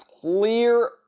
clear